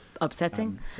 upsetting